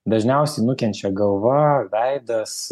dažniausiai nukenčia galva veidas